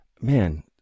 Man